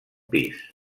pis